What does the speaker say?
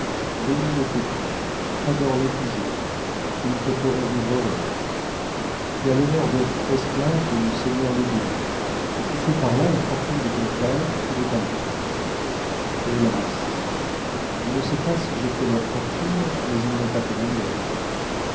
bénis nos fétiches adore les toujours ils te feront vivre heureux tu as l'honneur d'être esclave de nos seigneurs les blancs et tu fais par là la fortune de ton père et de ta mère hélas je ne sais pas si j'ai fait leur fortune mais ils n'ont pas fait la mienne